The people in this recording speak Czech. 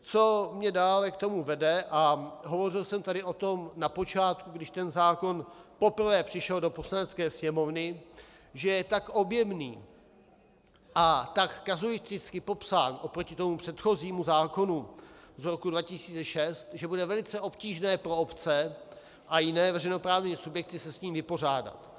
Co mě dále k tomu vede, a hovořil jsem tady o tom na počátku, když ten zákon poprvé přišel do Poslanecké sněmovny, že je tak objemný a tak kazuisticky popsán oproti tomu předchozímu zákonu z roku 2006, že bude velice obtížné pro obce a jiné veřejnoprávní subjekty se s ním vypořádat.